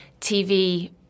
TV